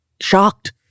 shocked